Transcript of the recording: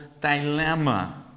dilemma